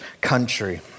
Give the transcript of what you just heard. country